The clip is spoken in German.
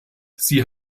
sie